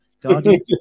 Guardian